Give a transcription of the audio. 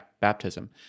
baptism